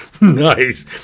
nice